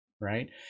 right